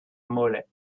mollet